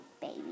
baby